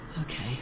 Okay